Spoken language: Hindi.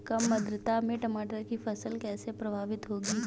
कम आर्द्रता में टमाटर की फसल कैसे प्रभावित होगी?